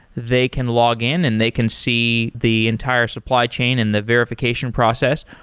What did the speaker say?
they can login and they can see the entire supply chain and the verification process.